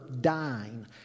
dying